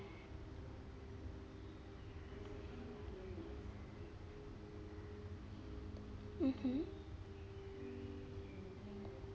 mmhmm oh okay